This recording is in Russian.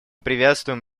приветствуем